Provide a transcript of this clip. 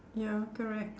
ya correct